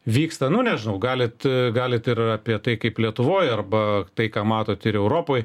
vyksta nu nežinau galit galit ir apie tai kaip lietuvoj arba tai ką matot ir europoj